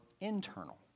internal